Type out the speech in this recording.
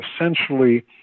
essentially